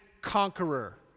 conqueror